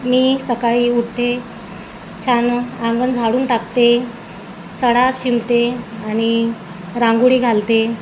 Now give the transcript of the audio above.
मी सकाळी उठते छान अंगण झाडून टाकते सडा शिंपते आणि रांगोळी घालते